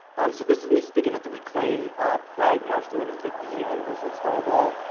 um so this is me speaking at the reclaim pride march during the fifty year anniversary of stonewall.